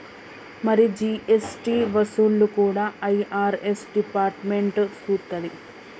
మరి జీ.ఎస్.టి వసూళ్లు కూడా ఐ.ఆర్.ఎస్ డిపార్ట్మెంట్ సూత్తది